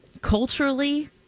Culturally